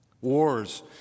Wars